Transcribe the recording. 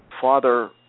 father